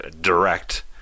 Direct